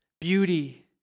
beauty